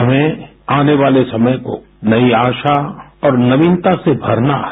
हमें आने वाले समय को नई आशा और नवीनता से भरना है